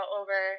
over